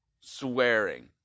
swearing